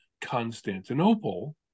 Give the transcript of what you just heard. Constantinople